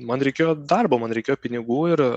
man reikėjo darbo man reikėjo pinigų ir